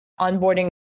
onboarding